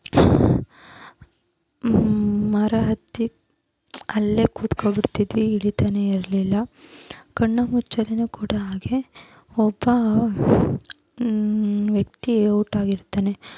ಮರ ಹತ್ತಿ ಅಲ್ಲೇ ಕುತ್ಕೊಬಿಡ್ತಿದ್ವಿ ಇಳಿತನೇ ಇರಲಿಲ್ಲ ಕಣ್ಣಾಮುಚ್ಚಾಲೆನೂ ಕೂಡ ಹಾಗೆ ಒಬ್ಬ ವ್ಯಕ್ತಿ ಔಟ್ ಆಗಿರ್ತಾನೆ